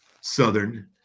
southern